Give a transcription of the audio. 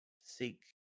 seek